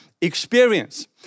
experience